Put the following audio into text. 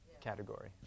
category